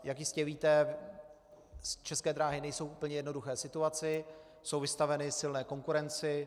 Jak jistě víte, České dráhy nejsou v úplně jednoduché situaci, jsou vystaveny silné konkurenci.